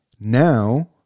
now